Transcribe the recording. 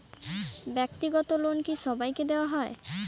ব্যাক্তিগত লোন কি সবাইকে দেওয়া হয়?